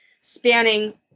spanning